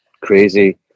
crazy